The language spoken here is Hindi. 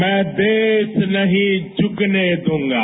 मैं देश नहीं झूकने दूंगा